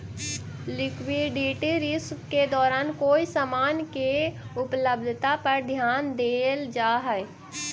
liquidity risk के दौरान कोई समान के उपलब्धता पर ध्यान देल जा हई